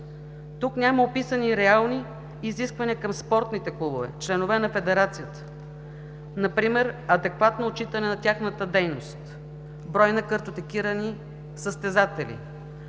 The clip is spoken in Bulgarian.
Тук няма описани реални изисквания към спортните клубове, членове на федерацията, например адекватно отчитане на тяхната дейност, брой на картотекирани състезатели,